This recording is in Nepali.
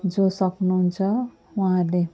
जो सक्नु हुन्छ उहाँहरूले